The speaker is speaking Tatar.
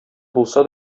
булса